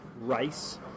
rice